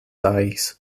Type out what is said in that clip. eyes